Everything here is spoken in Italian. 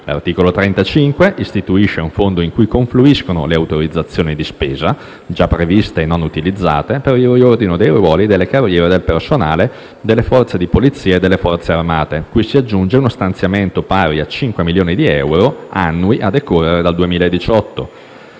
L'articolo 35 istituisce un fondo in cui confluiscono le autorizzazioni di spesa già previste e non utilizzate per il riordino dei ruoli delle carriere del personale delle forze di Polizia e delle Forze armate, cui si aggiunge uno stanziamento pari a 5 milioni di euro annui a decorrere dal 2018.